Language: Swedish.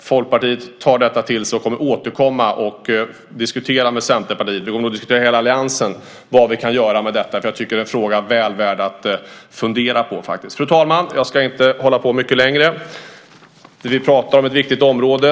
Folkpartiet tar detta till sig. Vi kommer att återkomma och diskutera med Centerpartiet. Vi kommer att diskutera i hela alliansen vad vi kan göra med detta. Jag tycker att det är en fråga som är väl värd att fundera på. Fru talman! Jag ska inte hålla på mycket längre. Det vi pratar om är ett viktigt område.